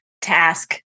task